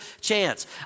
chance